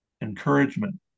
encouragement